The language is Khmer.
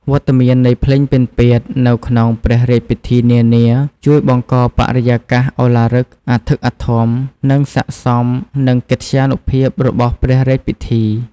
វត្តមាននៃភ្លេងពិណពាទ្យនៅក្នុងព្រះរាជពិធីនានាជួយបង្កបរិយាកាសឱឡារិក អធិកអធម និងស័ក្តិសមនឹងកិត្យានុភាពរបស់ព្រះរាជពិធី។